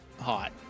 hot